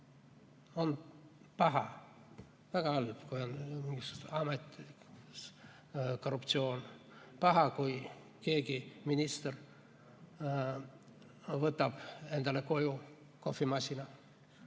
On paha, väga halb, kui mingisuguses ametis on korruptsioon, paha, kui keegi minister viib endale koju kohvimasina.